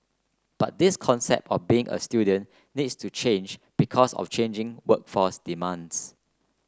but this concept of being a student needs to change because of changing workforce demands